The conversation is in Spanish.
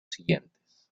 siguientes